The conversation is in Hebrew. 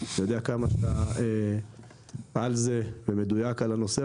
אני יודע כמה שאתה על זה ומדויק על הנושא.